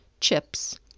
chips